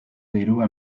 dirua